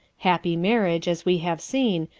happy marriage, as we have seen,